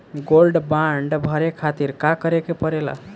Gold bond भरे खातिर का करेके पड़ेला?